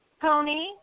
pony